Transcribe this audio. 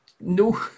No